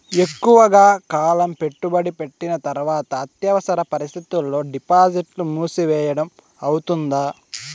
ఎక్కువగా కాలం పెట్టుబడి పెట్టిన తర్వాత అత్యవసర పరిస్థితుల్లో డిపాజిట్లు మూసివేయడం అవుతుందా?